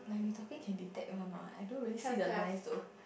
you talking can be that one or not I don't really see the lines though